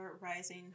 Rising